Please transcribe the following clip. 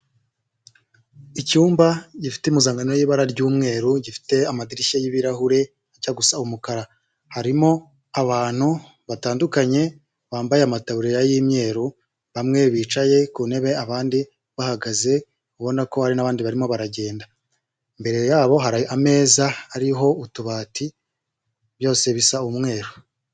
Icyumba gifite impuzankano y'ibara ry'umweru gifite amadirishya y'ibirahure ajya gusa umukara harimo abantu batandukanye bambaye amataburiya y'imyeru, bamwe bicaye ku ntebe abandi bahagaze ubona ko hari n'abandi barimo baragenda. Imbere yabo hari ameza, harimo utubati byose bisa umweru.